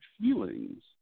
feelings